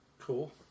Cool